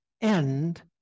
end